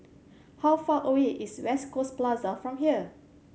how far away is West Coast Plaza from here